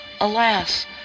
Alas